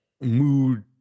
Mood